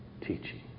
teaching